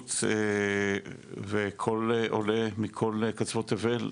המדיניות וכל עולה מכל קצוות תבל,